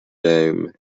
dame